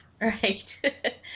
Right